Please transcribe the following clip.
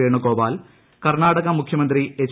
വേണുഗോപാൽ കർണാടക മുഖ്യമന്ത്രി എച്ച്